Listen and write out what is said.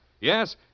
Yes